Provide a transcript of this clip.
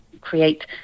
create